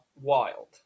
wild